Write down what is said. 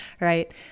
right